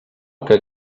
que